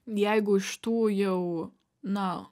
jeigu iš tų jau na